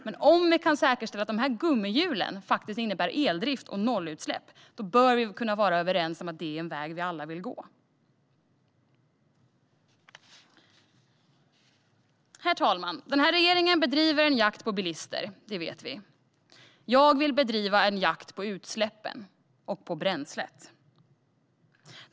Men om ni kan säkerställa att gummihjulen faktiskt innebär eldrift och nollutsläpp bör vi väl kunna vara överens om att detta är en utveckling vi alla önskar? Herr talman! Regeringen bedriver en jakt på bilister. Det vet vi. Jag vill bedriva en jakt på utsläppen och på bränslet.